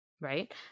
Right